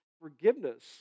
forgiveness